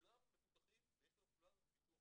כולם מבוטחים ויש על כולם ביטוח